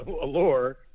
allure